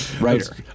writer